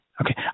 Okay